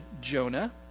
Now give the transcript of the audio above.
Jonah